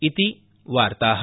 ति वार्ताः